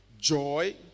Joy